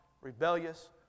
rebellious